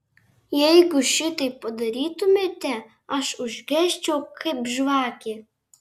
jeigu šitaip padarytumėte aš užgesčiau kaip žvakė